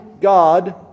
God